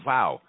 Wow